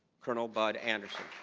colonel bud anderson.